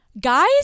guys